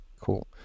Cool